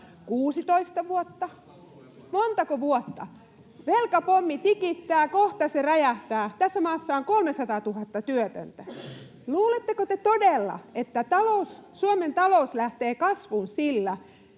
16 vuotta, montako vuotta? Velkapommi tikittää, kohta se räjähtää. Tässä maassa on 300 000 työtöntä. Luuletteko te todella, että Suomen talous lähtee kasvuun sillä,